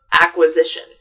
acquisition